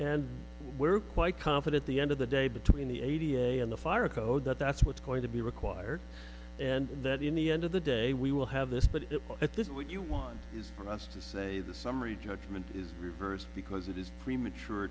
and we're quite confident the end of the day between the a t a i and the fire code that that's what's going to be required and that in the end of the day we will have this but it at this would you want is for us to say the summary judgment is reversed because it is premature